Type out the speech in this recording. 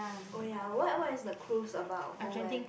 oh ya what what is the cruise about go where